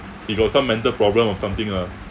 he got some mental problem or something lah